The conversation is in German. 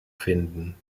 finden